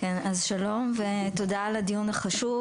כן, אז שלום ותודה על הדיון החשוב.